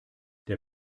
der